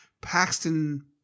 Paxton